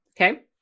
okay